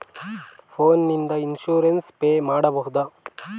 Phone ನಿಂದ insurance pay ಮಾಡಬಹುದ?